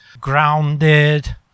grounded